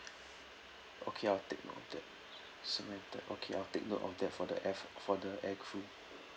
okay i'll take note of that so noted okay i'll take note of that for the airf~ for the aircrew